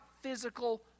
physical